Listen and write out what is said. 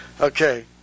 Okay